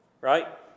Right